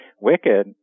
Wicked